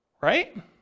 right